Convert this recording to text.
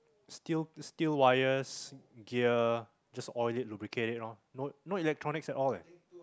steel steel wires gear just oil it lubricate it ah no no electronics at all ah